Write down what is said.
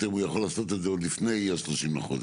אם הוא יכול לעשות את זה עוד לפני ה-30 בחודש.